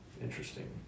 Interesting